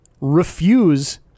refuse